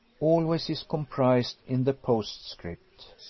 always is comprised in the postscript.